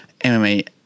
MMA